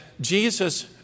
Jesus